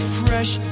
fresh